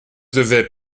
devait